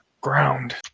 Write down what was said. ground